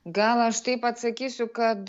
gal aš taip atsakysiu kad